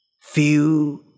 Feel